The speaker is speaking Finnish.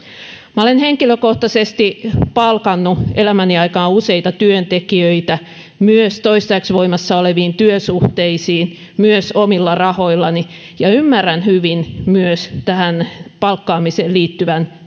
olen henkilökohtaisesti palkannut elämäni aikana useita työntekijöitä myös toistaiseksi voimassa oleviin työsuhteisiin myös omilla rahoillani ja ymmärrän hyvin myös tähän palkkaamiseen liittyvän